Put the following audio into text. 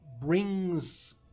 brings